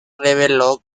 reveló